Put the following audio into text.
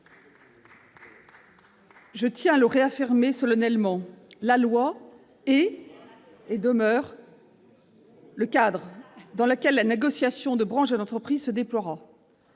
Je tiens à le réaffirmer solennellement : la loi est et demeurera le cadre dans lequel la négociation de branche et d'entreprise se déploiera.